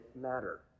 matter